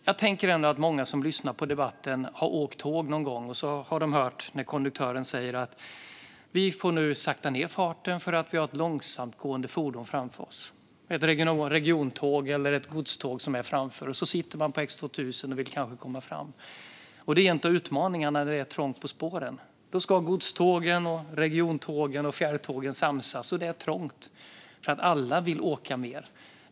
Jag tänker ändå att många som lyssnar på den här debatten någon gång har åkt tåg och hört konduktören säga: "Vi får nu sakta ned farten, för vi har ett långsamtgående fordon framför oss." Det kan vara ett regiontåg eller godståg som ligger framför - och själv sitter man på ett X2000 och vill kanske komma fram. Detta är en av utmaningarna när det är trångt på spåren: Då ska godstågen, regiontågen och fjärrtågen samsas, och det är trångt. Alla vill nämligen åka mer.